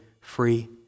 free